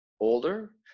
older